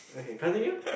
okay continue